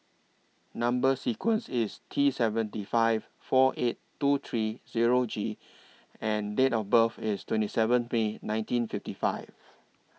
Number sequence IS T seventy five four eight two three Zero G and Date of birth IS twenty seven May nineteen fifty five